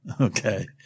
Okay